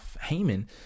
haman